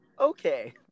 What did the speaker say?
Okay